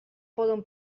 poden